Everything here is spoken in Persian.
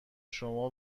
شما